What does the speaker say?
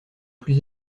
plus